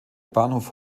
bahnhof